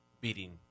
beating